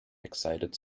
excited